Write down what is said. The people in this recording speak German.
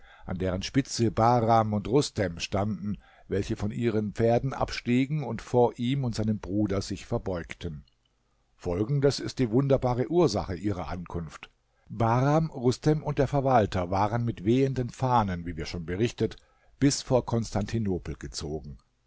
an deren spitze bahram und rustem standen welche von ihren pferden abstiegen und vor ihm und seinem bruder sich verbeugten folgendes ist die wunderbare ursache ihrer ankunft bahram rustem und der verwalter waren mit wehenden fahnen wie wir schon berichtet bis vor konstantinopel gezogen